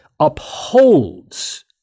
upholds